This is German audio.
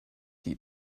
die